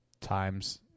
times